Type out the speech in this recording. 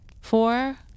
Four